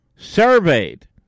surveyed